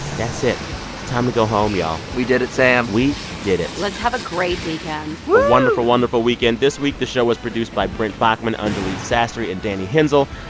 that's it. it's time to go home, y'all we did it, sam we did it let's have a great weekend woo a wonderful, wonderful weekend. this week, the show was produced by brent baughman, anjuli sastry and danny hensel.